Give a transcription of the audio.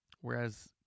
whereas